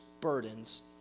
burdens